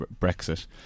Brexit